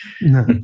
No